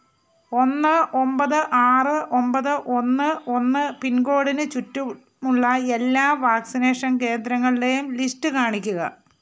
ഒന്ന് ഒമ്പത് ആറ് ഒമ്പത് ഒന്ന് ഒന്ന് പിൻകോഡിന് ചുറ്റുമുള്ള എല്ലാ വാക്സിനേഷൻ കേന്ദ്രങ്ങളുടെയും ലിസ്റ്റ് കാണിക്കുക